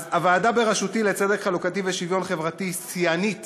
אז הוועדה בראשותי לצדק חלוקתי ושוויון חברתי היא שיאנית